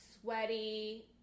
sweaty